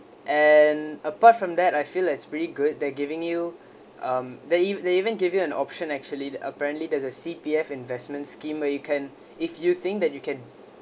and apart from that I feel that's pretty good they're giving you um they e~ they even give you an option actually apparently there's a C_P_F investment scheme where you can if you think that you can